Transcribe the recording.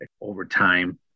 overtime